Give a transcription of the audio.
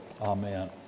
amen